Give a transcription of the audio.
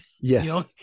Yes